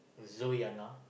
Zoeyanah